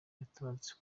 yaratabarutse